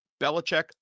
Belichick